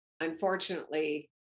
Unfortunately